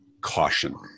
caution